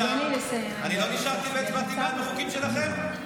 אני לא נשארתי והצבעתי בעד החוקים שלכם?